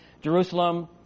Jerusalem